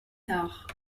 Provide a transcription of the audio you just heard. tard